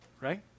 right